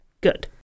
Good